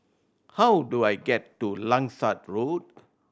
how do I get to Langsat Road